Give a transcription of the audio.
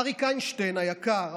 אריק איינשטיין היקר,